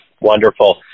Wonderful